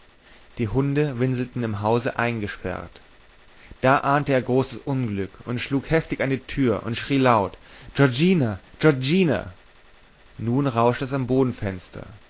die hunde winselten im hause eingesperrt da ahnete er großes unglück und schlug heftig an die tür und schrie laut giorgina giorgina nun rauschte es am